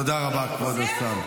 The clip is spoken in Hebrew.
תודה רבה, כבוד השר.